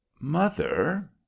mother